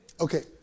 Okay